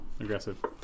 Aggressive